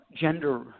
gender